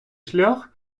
шлях